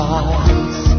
eyes